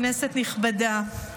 כנסת נכבדה,